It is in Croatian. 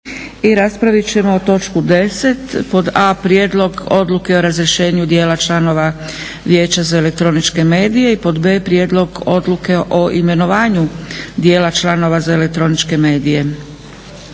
I raspravit ćemo točku 10 pod: - A)Prijedlog odluke o razrješenju dijela članova Vijeća za elektroničke medije i pod B) Prijedlog odluke o imenovanju dijela članova Vijeća za elektroničke medije.